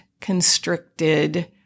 constricted